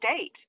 state